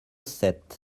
sept